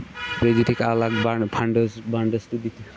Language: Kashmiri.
بیٚیہِ دِتِکھ الگ بنٛڈ فَنڈٕز بنٛڈٕز تہِ دِتِکھ